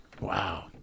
wow